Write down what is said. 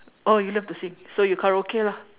oh you love to sing so you karaoke lah